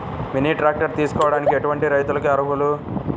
Mini tractor తీసుకోవడానికి ఎటువంటి రైతులకి అర్హులు?